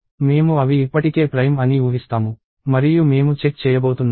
మేము అవి ఇప్పటికే ప్రైమ్ అని ఊహిస్తాము మరియు మేము చెక్ చేయబోతున్నాము